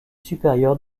supérieure